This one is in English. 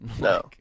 no